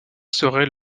serait